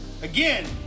Again